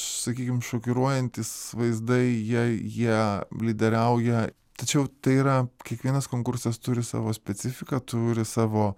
sakykim šokiruojantys vaizdai jie jie lyderiauja tačiau tai yra kiekvienas konkursas turi savo specifiką turi savo